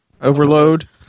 Overload